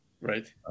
Right